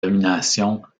domination